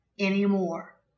anymore